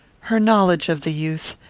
her knowledge of the youth,